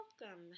welcome